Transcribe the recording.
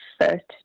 first